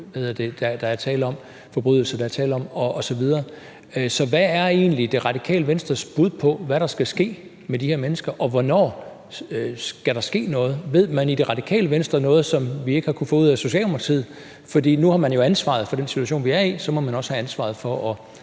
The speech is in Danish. om krigsforbrydelser, der er tale om, osv. Så hvad er egentlig Det Radikale Venstres bud på, hvad der skal ske med de her mennesker, og hvornår skal der ske noget? Ved man i Det Radikale Venstre noget, som vi ikke har kunnet få ud af Socialdemokratiet? For nu har man jo ansvaret for den situation, vi er i, og så må man også have ansvaret for at